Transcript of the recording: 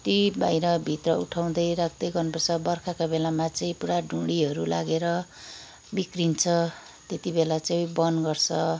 कति बाहिर भित्र उठाउँदै राख्दै गर्नुपर्छ बर्खाका बेलामा चाहिँ पुरा ढुँडीहरू लागेर बिग्रिन्छ त्यति बेला चाहिँ बन्द गर्छ